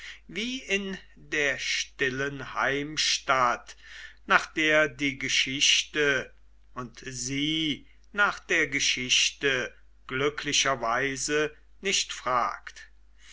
wie in der stillen heimstatt nach der die geschichte und sie nach der geschichte glücklicherweise nicht fragt